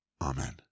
Amen